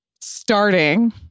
starting